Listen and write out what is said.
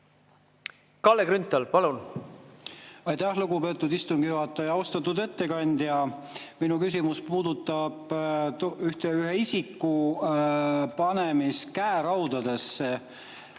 Kalle Grünthal, palun! Aitäh, lugupeetud istungi juhataja! Austatud ettekandja! Minu küsimus puudutab ühe isiku panemist käeraudadesse,